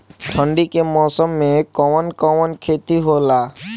ठंडी के मौसम में कवन कवन खेती होला?